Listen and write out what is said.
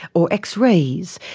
or x-rays.